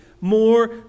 more